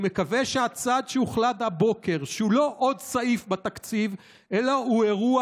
אני מקווה שהצעד שהוחלט הבוקר הוא לא עוד סעיף בתקציב אלא הוא אירוע